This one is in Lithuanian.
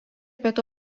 pietų